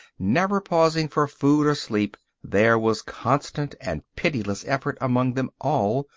never pausing for food or sleep there was constant and pitiless effort among them all,